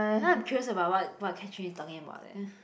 now I'm curious about what what Catherine is talking about leh